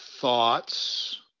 thoughts